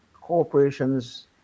corporations